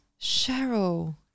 Cheryl